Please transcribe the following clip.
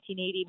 1980